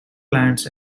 plants